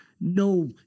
no